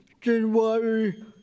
January